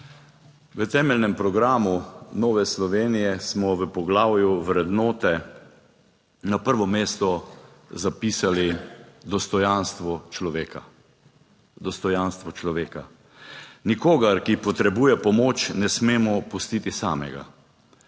V temeljnem programu Nove Slovenije smo v poglavju vrednote na prvo mesto zapisali dostojanstvo človeka. Dostojanstvo človeka, nikogar, ki potrebuje pomoč ne smemo pustiti samega.